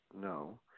No